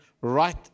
right